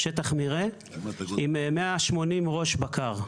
שטח מרעה עם 180 ראשי בקר.